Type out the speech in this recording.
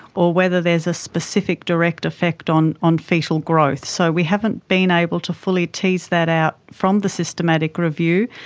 or whether there is a specific direct effect on on foetal growth. so we haven't been able to fully tease that out from the systematic review,